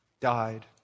died